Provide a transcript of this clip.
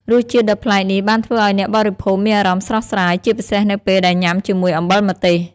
រសជាតិដ៏ប្លែកនេះបានធ្វើឲ្យអ្នកបរិភោគមានអារម្មណ៍ស្រស់ស្រាយ ជាពិសេសនៅពេលដែលញ៉ាំជាមួយអំបិលម្ទេស។